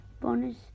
Bonus